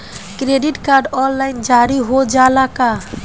Credit card online जारी हो जाला का?